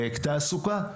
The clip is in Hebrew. ותעסוקה.